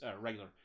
regular